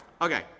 Okay